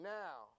now